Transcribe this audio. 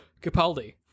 Capaldi